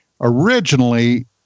originally